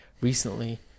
recently